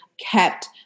kept